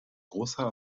großer